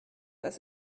das